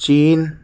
چین